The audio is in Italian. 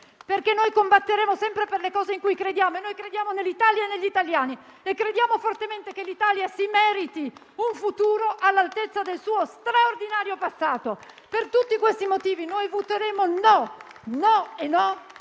perché combatteremo sempre per le cose in cui crediamo, e noi crediamo nell'Italia e negli italiani, e crediamo fortemente che l'Italia si meriti un futuro all'altezza del suo straordinario passato. Per tutti questi motivi, noi voteremo no, no e no